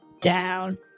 down